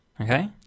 Okay